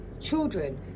children